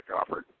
offered